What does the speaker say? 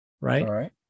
right